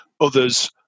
Others